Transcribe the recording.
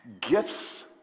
Gifts